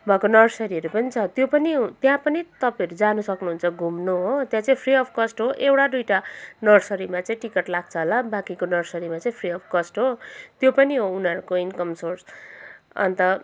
भएको नर्सरीहरू पनि छ त्यो पनि त्यहाँ पनि तपाईँहरू जानु सक्नुहुन्छ घुम्नु हो त्यहाँ चाहिँ फ्री अफ कस्ट हो एउटा दुईटा नर्सरीमा चाहिँ टिकट लाग्छ होला बाँकीको नर्सरीमा चाहिँ फ्री अफ कस्ट हो त्यो पनि हो उनीहरूको इन्कम सोर्स अन्त